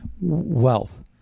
wealth